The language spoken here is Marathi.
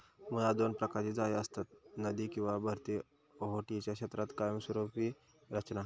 मुळात दोन प्रकारची जाळी असतत, नदी किंवा भरती ओहोटीच्या क्षेत्रात कायमस्वरूपी रचना